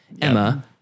Emma